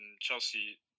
Chelsea